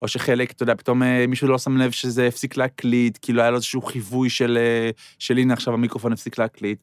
או שחלק, אתה יודע, פתאום מישהו לא שם לב שזה הפסיק להקליט, כאילו היה לו איזשהו חיווי של... של הנה עכשיו המיקרופון הפסיק להקליט.